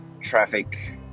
traffic